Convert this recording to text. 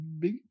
big